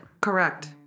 Correct